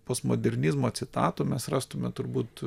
postmodernizmo citatų mes rastume turbūt